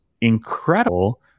incredible